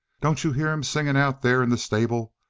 don't you hear him singing out there in the stable?